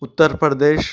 Uttar Pradesh